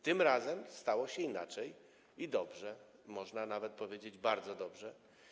Tym razem stało się inaczej, i dobrze, można nawet powiedzieć: bardzo dobrze.